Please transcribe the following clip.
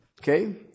Okay